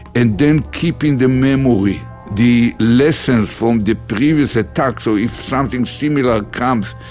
and then keeping the memory the lessons from the previous attack. so if something similar comes,